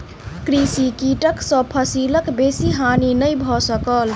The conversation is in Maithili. कृषि कीटक सॅ फसिलक बेसी हानि नै भ सकल